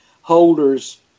holders